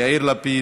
יאיר לפיד,